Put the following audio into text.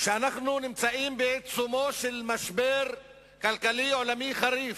שאנחנו נמצאים בעיצומו של משבר כלכלי עולמי חריף.